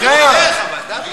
דקה, דקה.